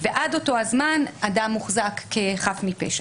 ועד אותו הזמן אדם מוחזק כחף מפשע.